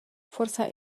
forsa